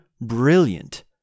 brilliant